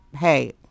Hey